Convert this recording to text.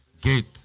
gate